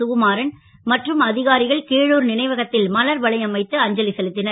குகுமாரன் மற்றும் அ காரிகள் கிழுர் னைவகத் ல் மலர் வளையம் வைத்து அஞ்சலி செலுத் னர்